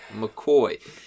McCoy